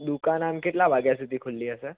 દુકાન આમ કેટલા વાગ્યા સુધી ખુલ્લી હશે